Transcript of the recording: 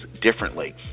differently